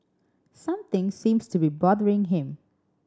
something seems to be bothering him